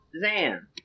Zan